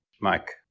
Mike